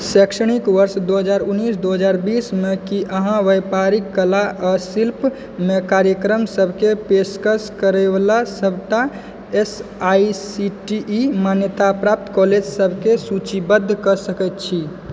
शैक्षणिक वर्ष दो हजार उनैस आओर दो हजार बीसमे की अहाँ व्यापारिक कला आ शिल्पमे कार्यक्रम सबके पेशकश करैवला सबटा A I C T E मान्यताप्राप्त कॉलेज सबके सूचीबद्ध कऽ सकै छी